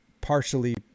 partially